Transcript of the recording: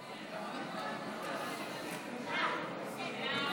הפיקוח על שירותים פיננסיים (קופות גמל)